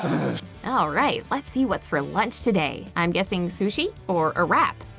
all right, let's see what's for lunch today. i'm guessing sushi or a wrap.